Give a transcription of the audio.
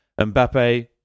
Mbappe